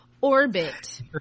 orbit